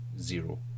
zero